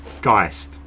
geist